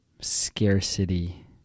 scarcity